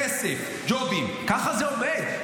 מינהלות, כסף, ג'ובים, כך זה עובד.